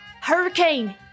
Hurricane